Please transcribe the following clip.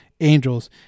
Angels